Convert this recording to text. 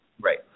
Right